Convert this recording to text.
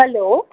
hello